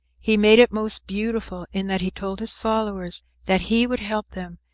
he made it most beautiful in that he told his followers that he would help them,